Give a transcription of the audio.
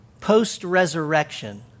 post-resurrection